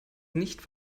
nicht